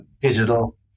digital